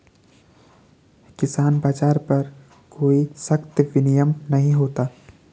किसान बाज़ार पर कोई सख्त विनियम नहीं होता